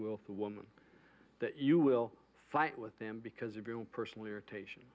will the woman that you will fight with them because of your own personal irritation